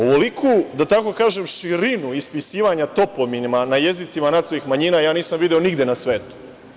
Ovoliku, da tako kažem, širinu ispisivanja toponima na jezicima nacionalnih manjina ja nisam video nigde na svetu.